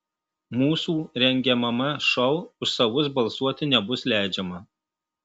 mūsų rengiamame šou už savus balsuoti nebus leidžiama